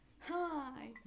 hi